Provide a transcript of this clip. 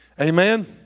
Amen